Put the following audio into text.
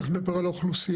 תכף נדבר על האוכלוסיות.